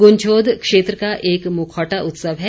गुंछोद क्षेत्र का एक मुखौटा उत्सव है